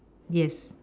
yes